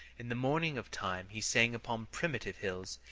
in the morning of time he sang upon primitive hills,